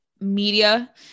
media